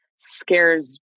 scares